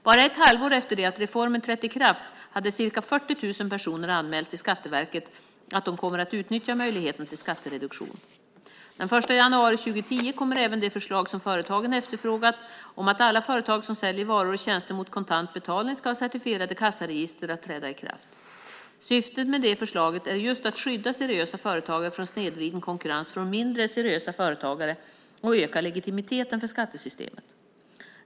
Bara ett halvår efter det att reformen trätt i kraft hade ca 40 000 personer anmält till Skatteverket att de kommer att utnyttja möjligheten till skattereduktion. Den 1 januari 2010 kommer även det förslag som företagen efterfrågat, att alla företag som säljer varor eller tjänster mot kontant betalning ska ha certifierade kassaregister, att träda i kraft . Syftet med det förslaget är just att skydda seriösa företagare från snedvriden konkurrens från mindre seriösa företagare och öka legitimiteten för skattesystemet.